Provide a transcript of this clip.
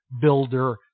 builder